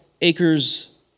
Acres